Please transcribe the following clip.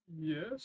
Yes